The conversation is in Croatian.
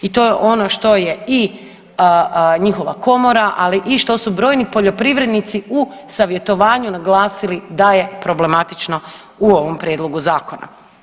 I to je ono što je i njihova komora, ali i što su brojni poljoprivrednici u savjetovanju naglasili da je problematično u ovom prijedlogu zakona.